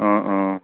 অঁ অঁ